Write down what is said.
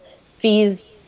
fees